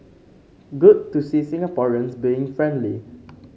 good to see Singaporeans being friendly